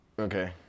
okay